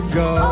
go